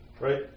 right